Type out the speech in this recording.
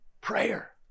prayer